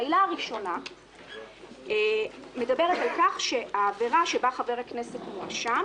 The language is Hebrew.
העילה הראשונה מדברת על כך שהעבירה שבה חבר הכנסת מואשם